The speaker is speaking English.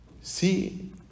See